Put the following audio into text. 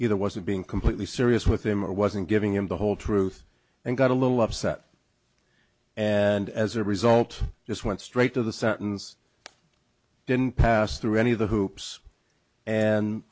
either wasn't being completely serious with him or wasn't giving him the whole truth and got a little upset and as a result just went straight to the sentence didn't pass through any of the hoops and